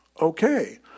Okay